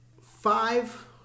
five